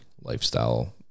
lifestyle